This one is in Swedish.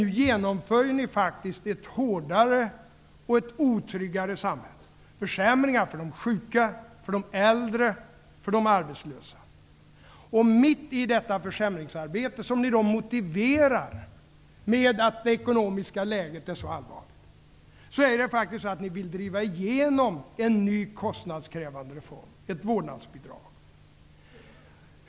Nu genomför ni faktiskt ett hårdare och otryggare samhälle, med försämringar för de sjuka, de äldre och de arbetslösa. Mitt i detta försämringsarbete, som ni motiverar med att det ekonomiska läget är så allvarligt, vill ni driva igenom en ny kostnadskrävande reform -- ett vårdnadsbidrag.